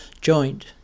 Joint